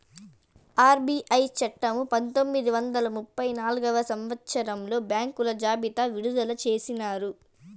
RBI చట్టము పంతొమ్మిది వందల ముప్పై నాల్గవ సంవచ్చరంలో బ్యాంకుల జాబితా విడుదల చేసినారు